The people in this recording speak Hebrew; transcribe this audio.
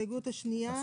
הצבעה ההסתייגות נפלה.